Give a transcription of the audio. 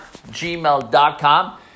Gmail.com